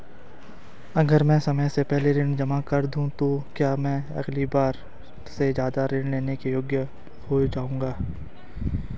अगर मैं समय से पहले ऋण जमा कर दूं तो क्या मैं अगली बार पहले से ज़्यादा ऋण लेने के योग्य हो जाऊँगा?